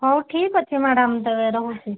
ହେଉ ଠିକ୍ ଅଛି ମ୍ୟାଡ଼ାମ୍ ତେବେ ରହୁଛି